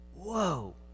Whoa